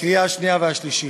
לקריאה השנייה והשלישית.